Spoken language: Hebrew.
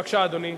בבקשה, אדוני,